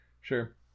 Sure